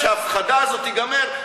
כשההפחדה הזאת תיגמר,